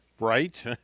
right